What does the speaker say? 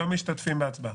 לא משתתפים בהצבעה.